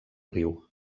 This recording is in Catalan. riu